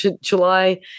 July